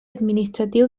administratiu